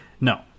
no